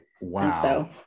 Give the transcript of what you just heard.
wow